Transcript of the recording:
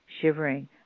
shivering